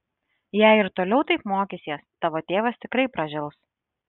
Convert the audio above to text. jei ir toliau taip mokysies tavo tėvas tikrai pražils